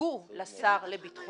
הוצגו לשר לביטחון